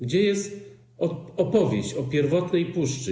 Gdzie jest opowieść o pierwotnej puszczy?